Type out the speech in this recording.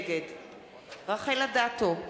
נגד רחל אדטו,